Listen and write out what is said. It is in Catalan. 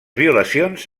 violacions